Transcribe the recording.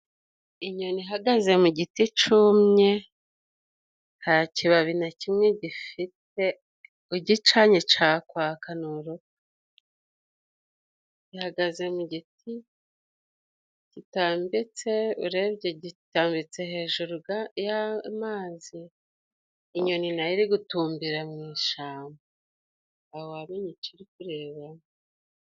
Inyoni ihagaze mu giti cumye, nta kibabi na kimwe gifite, ugicanye cakwaka, ni urukwi . Ihagaze mu giti gitambitse, urebye gitambitse hejuru y'amazi, inyoni na yo iri gutumbira mu ishamba, ntawamenya ico iri kureba.